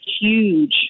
huge